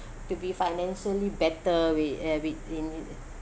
to be financially better we a~ we in